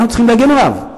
אנחנו צריכים להגן עליו,